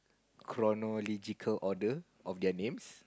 chronological order of their names